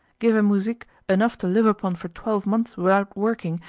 give a muzhik enough to live upon for twelve months without working,